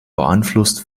beeinflusst